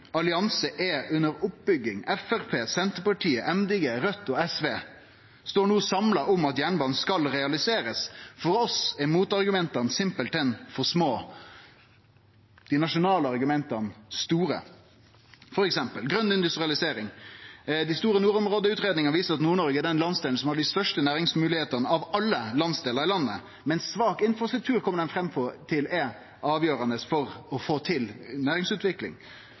allianse er under oppbygging. Framstegspartiet, Senterpartiet, MDG, Raudt og SV står no samla om at jernbanen skal realiserast. For oss er motargumenta rett og slett for små, dei nasjonale argumenta store. Det gjeld f.eks. grøn industrialisering. Den store nordområdeutgreiinga viser at Nord-Noreg er den landsdelen som har dei største næringsmoglegheitene av alle landsdelar i landet, men har svak infrastruktur. Dei kjem fram til at det er avgjerande om ein skal få til næringsutvikling.